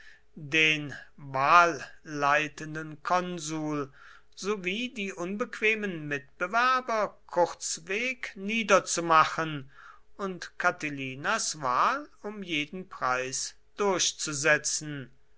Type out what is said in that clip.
den wahlleitenden konsul sowie die unbequemen mitbewerber kurzweg niederzumachen und catilinas wahl um jeden preis durchzusetzen